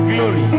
Glory